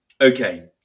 Okay